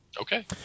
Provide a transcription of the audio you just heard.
Okay